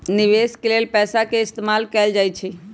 निवेश के लेल पैसा के इस्तमाल कएल जाई छई